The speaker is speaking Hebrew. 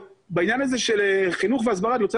בעניין הזה של חינוך והסברה אני רוצה